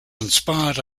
inspired